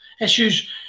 issues